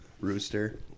Rooster